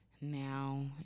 now